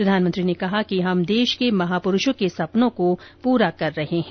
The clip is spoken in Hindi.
प्रधानमंत्री ने कहा कि हम देश के महापुरूषों के सपनों को पूरा कर रहे हैं